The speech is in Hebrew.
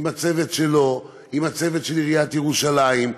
עם הצוות שלו, עם הצוות של עיריית ירושלים.